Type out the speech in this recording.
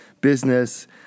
business